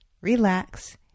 Relax